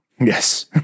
yes